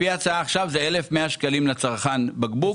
לפי ההצעה עכשיו זה יעלה 1,100 שקלים לצרכן לבקבוק.